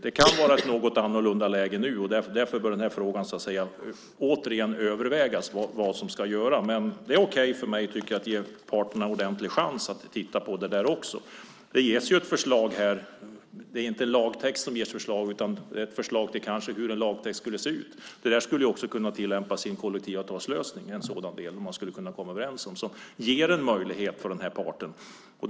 Det kan vara ett något annorlunda läge nu, och därför bör det så att säga återigen övervägas vad som ska göras i den här frågan. Det är okej för mig att ge parterna en ordentlig chans att titta på det där också. Det ges ju ett förslag här på hur en lagtext kanske skulle kunna se ut. En sådan del skulle också kunna tillämpas i en kollektivavtalslösning. Man skulle kunna komma överens om vad som ger den här parten en möjlighet.